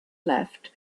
left